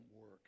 work